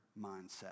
mindset